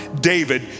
David